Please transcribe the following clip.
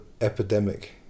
epidemic